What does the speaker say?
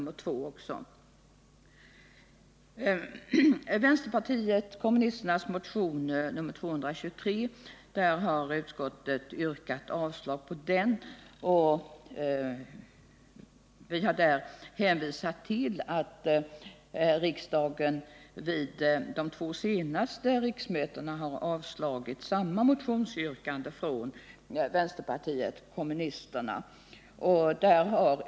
Utskottet avstyrker vänsterpartiet kommunisternas motion nr 223 med hänvisning till att riksdagen vid de två senaste riksmötena har avslagit samma motionsyrkande från vänsterpartiet kommunisterna.